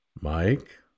Mike